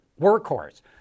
Workhorse